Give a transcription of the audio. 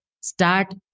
start